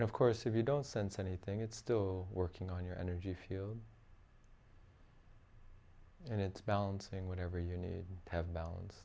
and of course if you don't sense anything it's still working on your energy field and it's balancing whatever you need to have balance